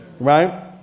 Right